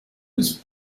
was